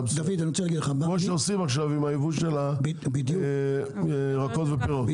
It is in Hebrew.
כמו שעושים עכשיו עם היבוא של הירקות והפירות,